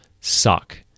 suck